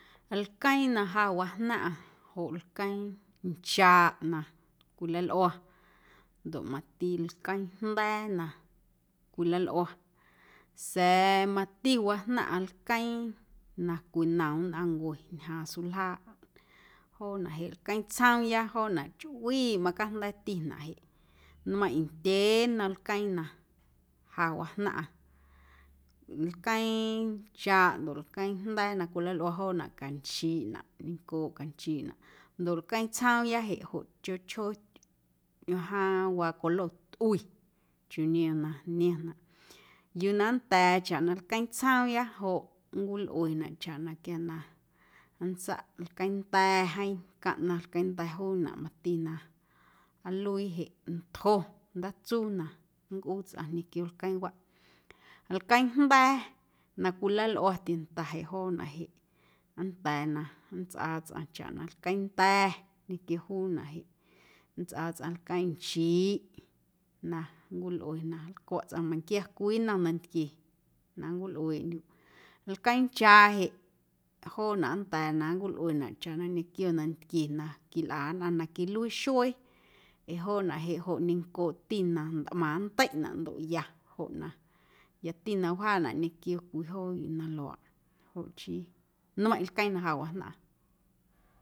Lqueeⁿ na ja wajnaⁿꞌa joꞌ lqueeⁿnchaaꞌ na cwilalꞌua ndoꞌ mati lqueeⁿjnda̱a̱ na cwilalꞌua sa̱a̱ mati wajnaⁿꞌaⁿ lqueeⁿ na cwinom nnꞌaⁿncue ñjaaⁿ suljaaꞌ joonaꞌ jeꞌ lqueeⁿ tsjoomya chjoowiꞌ macajnda̱a̱tinaꞌ jeꞌ nmeiⁿꞌ ndyee nnom lqueeⁿ na ja wajnaⁿꞌa lqueeⁿnchaaꞌ ndoꞌ lqueeⁿjnda̱a̱ na cwilalꞌua joonaꞌ canchiiꞌnaꞌ neiⁿncooꞌ canchiiꞌnaꞌ ndoꞌ lquee tsjoomya jeꞌ joꞌ chjoo chjoo ajaaⁿ waa colo tꞌui chiuu niom na niomnaꞌ yuu na nnda̱a̱ chaꞌ na lqueeⁿ tsjoomya joꞌ nncwilꞌuenaꞌ chaꞌ na quia na nntsaꞌ lqueeⁿnda̱ jeeⁿ caꞌnaⁿ lqueeⁿnda̱ juunaꞌ mati na nluii jeꞌ ntjo ndaatsuu na nncꞌuu tsꞌaⁿ ñequio lqueeⁿwaꞌ, lqueeⁿjnda̱a̱ na cwilalꞌua tienta jeꞌ joonaꞌ jeꞌ nnda̱a̱ na nntsꞌaa tsꞌaⁿ chaꞌ na lqueeⁿnda̱ ñequio juunaꞌ jeꞌ nntsꞌaa tsꞌaⁿ lqueeⁿnchiiꞌ na nncwilꞌue na nlcwaꞌ tsꞌaⁿ meiⁿnquia cwii nnom nantquie na nncwilꞌueeꞌndyuꞌ, lqueeⁿnchaaꞌ jeꞌ joonaꞌ nnda̱a̱ na nncwilꞌuenaꞌ chaꞌ na ñequio nantquie na quilꞌa nnꞌaⁿ na quiluii xuee ee joonaꞌ jeꞌ joꞌ ñencooꞌti na ntꞌmaⁿ nndeiꞌnaꞌ ndoꞌ ya joꞌ na yati na wjaanaꞌ ñequio cwii joo yuu na luaaꞌ joꞌ chii nmeiⁿꞌ lqueeⁿ na ja wajnaⁿꞌa.